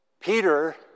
Peter